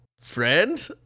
friend